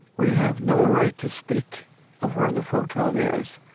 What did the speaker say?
we have no right to speak of where the photon is,